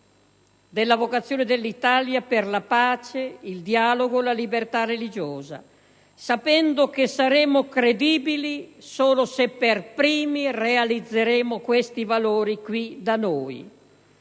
della vocazione dell'Italia per la pace, per il dialogo e per la libertà religiosa, sapendo che saremo credibili solo se per primi realizzeremo questi valori nel